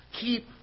keep